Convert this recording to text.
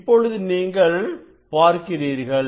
இப்போது நீங்கள் பார்க்கிறீர்கள்